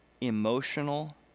emotional